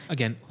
Again